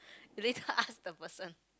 later ask the person